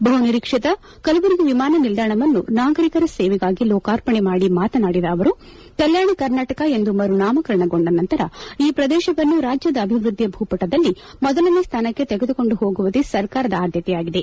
ಬಹು ನಿರೀಕ್ಷಿತ ಕಲಬುರಗಿ ವಿಮಾನ ನಿಲ್ದಾಣವನ್ನು ನಾಗರಿಕರ ಸೇವೆಗಾಗಿ ಲೋಕಾರ್ಪಣೆ ಮಾಡಿ ಮಾತನಾಡಿದ ಅವರು ಕಲ್ಕಾಣ ಕರ್ನಾಟಕ ಎಂದು ಮರುನಾಮಕರಣಗೊಂಡ ನಂತರ ಈ ಪ್ರದೇಶವನ್ನು ರಾಜ್ಯದ ಅಭಿವೃದ್ಧಿಯ ಭೂಪಟದಲ್ಲಿ ಮೊದಲನೇ ಸ್ಥಾನಕ್ಕೆ ತೆಗೆದುಕೊಂಡು ಹೋಗುವುದೇ ಸರ್ಕಾರದ ಆದ್ಯತೆಯಾಗಿದೆ